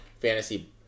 fantasy